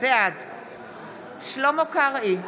בעד שלמה קרעי,